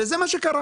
וזה מה שקרה.